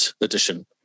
edition